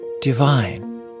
divine